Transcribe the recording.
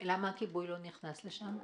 למה הכיבוי לא נכנס לשם?